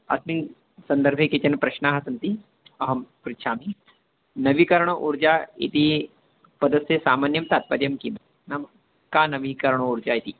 अस्मिन् सन्दर्भे केचन प्रश्नाः सन्ति अहं पृच्छामि नवीकरण ऊर्जा इति पदस्य सामान्यं तात्पर्यं किं नाम का नवीकरणोर्जा इति